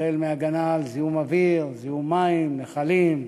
החל בהגנה מפני זיהום אוויר, זיהום מים, נחלים,